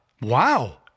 Wow